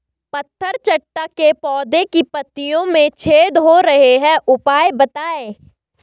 पत्थर चट्टा के पौधें की पत्तियों में छेद हो रहे हैं उपाय बताएं?